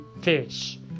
fish